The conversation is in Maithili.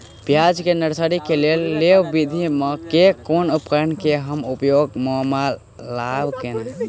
प्याज केँ नर्सरी केँ लेल लेव विधि म केँ कुन उपकरण केँ हम उपयोग म लाब आ केना?